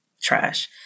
trash